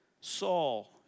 Saul